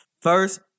First